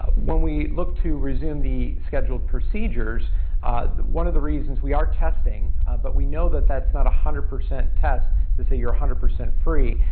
when we look to resume the scheduled procedures one of the reasons we are testing but we know that that's not a hundred percent test to say you're a hundred percent free,